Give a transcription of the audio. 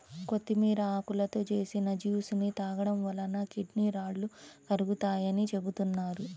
కొత్తిమీర ఆకులతో చేసిన జ్యూస్ ని తాగడం వలన కిడ్నీ రాళ్లు కరుగుతాయని చెబుతున్నారు